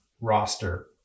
roster